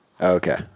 Okay